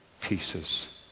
pieces